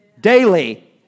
daily